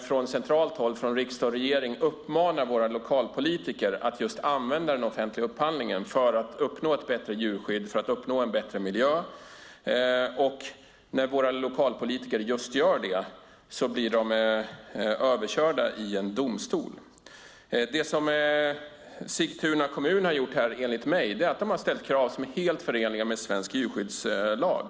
Från centralt håll, riksdag och regering, uppmanar vi våra lokalpolitiker att använda den offentliga upphandlingen för att uppnå ett bättre djurskydd och en bättre miljö. När våra lokalpolitiker sedan gör just detta blir de överkörda i en domstol. Det blir lite konstigt. Det som Sigtuna kommun har gjort är enligt mig att ställa krav som är helt förenliga med svensk djurskyddslag.